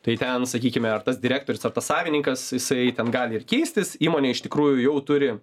tai ten sakykime ar tas direktorius ar tas savininkas jisai ten gali ir keistis įmonė iš tikrųjų jau turi